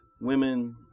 women